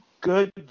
Good